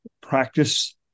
Practice